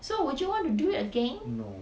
so would you want to do it again